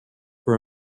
for